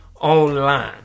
online